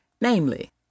namely